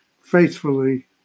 faithfully